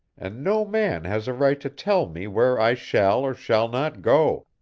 and no man has a right to tell me where i shall or shall not go.